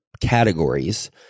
categories